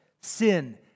sin